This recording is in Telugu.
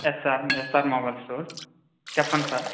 yes sir S R mobile store చెప్పండి సార్